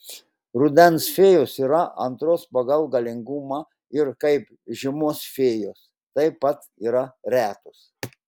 rudens fėjos yra antros pagal galingumą ir kaip žiemos fėjos taip pat yra retos